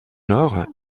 nord